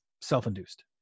self-induced